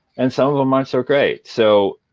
and some of them aren't so great so.